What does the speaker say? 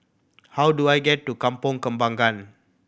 how do I get to Kampong Kembangan